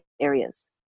areas